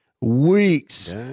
weeks